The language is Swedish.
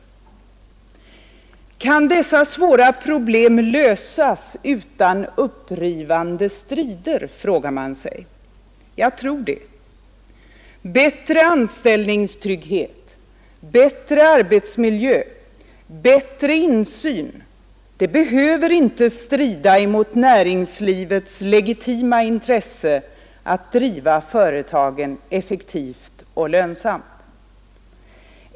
Kan dessa svåra problem lösas utan upprivande strider? Jag tror det. Bättre anställningstrygghet, bättre arbetsmiljö, bättre insyn behöver inte strida mot näringslivets legitima intresse att driva företagen effektivt och lönsamt.